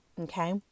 Okay